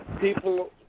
people